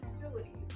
facilities